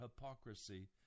hypocrisy